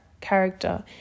character